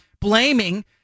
blaming